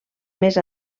més